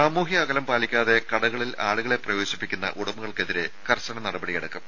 സാമൂഹ്യ അകലം പാലിക്കാതെ കടകളിൽ ആളുകളെ പ്രവേശിപ്പിക്കുന്ന ഉടമകൾക്കെതിരെ കർശന നടപടി എടുക്കും